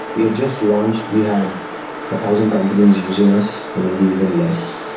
we had just launched, we had a thousand companies using us, or maybe even less.